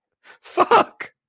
fuck